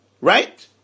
Right